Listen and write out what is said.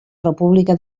república